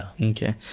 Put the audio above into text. Okay